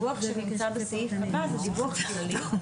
הדיווח שנמצא בסעיף 1 הוא דיווח כללי.